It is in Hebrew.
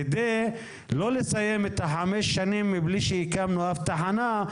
כדי לא לסיים את החמש שנים מבלי שהקמנו אף תחנה,